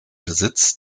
besitz